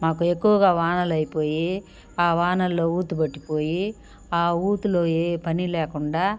మాకు ఎక్కువగా వానలయిపోయి వానల్లో ఊతుపట్టుకుపోయి ఊతులో ఏ పని లేకుండా